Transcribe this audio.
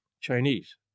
Chinese